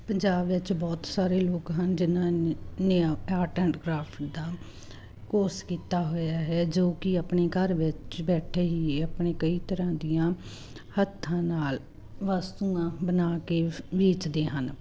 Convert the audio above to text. ਪੰਜਾਬ ਵਿੱਚ ਬਹੁਤ ਸਾਰੇ ਲੋਕ ਹਨ ਜਿਹਨਾਂ ਨੇ ਆਰਟ ਐਂਡ ਕਰਾਫਟ ਦਾ ਕੋਰਸ ਕੀਤਾ ਹੋਇਆ ਹੈ ਜੋ ਕਿ ਆਪਣੀ ਘਰ ਵਿੱਚ ਬੈਠੇ ਹੀ ਆਪਣੇ ਕਈ ਤਰ੍ਹਾਂ ਦੀਆਂ ਹੱਥਾਂ ਨਾਲ ਵਸਤੂਆਂ ਬਣਾ ਕੇ ਵੇਚਦੇ ਹਨ